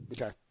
Okay